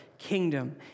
kingdom